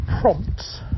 prompts